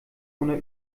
ohne